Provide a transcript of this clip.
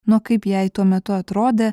nuo kaip jai tuo metu atrodė